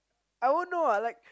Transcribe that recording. I won't know what like